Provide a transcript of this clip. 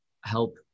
help